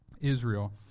Israel